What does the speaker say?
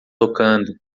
tocando